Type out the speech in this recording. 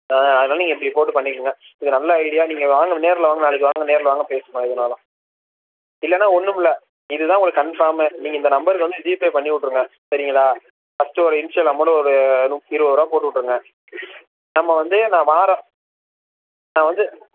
ஆ அதனால் நீங்கள் இப்படி போட்டு பண்ணிக்கங்க இது நல்ல ஐடியா நீங்கள் வாங்க நேரில் வாங்க நாளைக்கு வாங்க நேரில் வாங்க பேசிக்கலாம் எதுனாலும் இல்லைன்னா ஒன்றும் இல்லை இது தான் உங்களுக்கு கன்ஃபாமு நீங்கள் இந்த நம்பருக்கு வந்து ஜிபே பண்ணி விட்ருங்க சரிங்களா ஃபஸ்ட்டு ஒரு இனிஷியல் அமௌண்ட் ஒரு நுப் இருபது ரூபா போட்டு விட்ருங்க நம்ம வந்து நான் வார நான் வந்து